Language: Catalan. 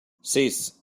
sis